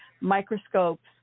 microscopes